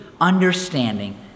understanding